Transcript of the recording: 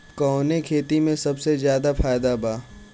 कवने खेती में सबसे ज्यादा फायदा बा?